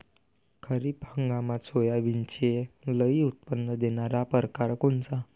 खरीप हंगामात सोयाबीनचे लई उत्पन्न देणारा परकार कोनचा?